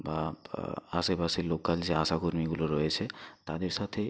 বা আশেপাশে লোকাল যে আশাকর্মীগুলো রয়েছে তাদের সাথে